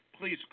please